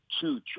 two